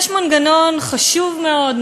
יש בכנסת מנגנון חשוב מאוד,